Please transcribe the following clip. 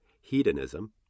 Hedonism